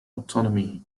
autonomy